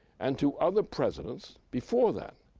and to other presidents before then,